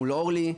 מול אורלי,